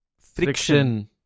friction